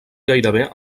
gairebé